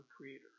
Creator